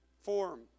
form